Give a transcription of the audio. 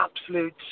absolute